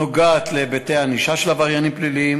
נוגעת להיבטי ענישה של עבריינים פליליים